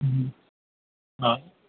हा